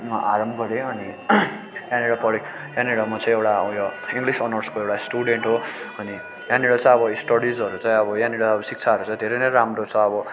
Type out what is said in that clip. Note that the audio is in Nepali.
आरम्भ गरेँ अनि यहाँनिर पढेँ यहाँनिर म चाहिँ एउटा उयो इङ्लिस अर्नसको एउटा स्टुडेन्ट हो अनि यहाँनिर चाहिँ अब स्टडिसहरू चाहिँ अब यहाँनिर शिक्षाहरू चाहिँ धेरै नै राम्रो छ अब